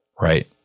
Right